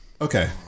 Okay